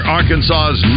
Arkansas's